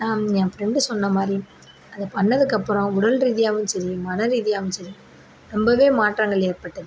ஏன்னால் வந்து என் ஃபிரெண்டு சொன்னமாதிரி அதை பண்ணதுக்கப்புறம் உடல் ரீதியாகவும் சரி மன ரீதியாகவும் சரி ரொம்பவே மாற்றங்கள் ஏற்பட்டது